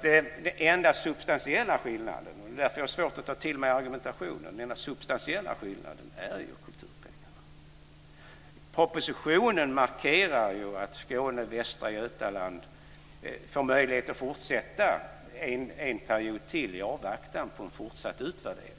Den enda substantiella skillnaden, det är därför jag har svårt att ta till mig argumentationen, är ju kulturpengen. Propositionen markerar att Skåne och Västra Götaland får möjlighet att fortsätta en period till i avvaktan på en fortsatt utvärdering